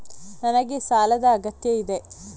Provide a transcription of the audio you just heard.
ನನಗೆ ಸಾಲದ ಅಗತ್ಯ ಇದೆ?